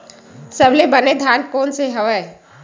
सबले बने धान कोन से हवय?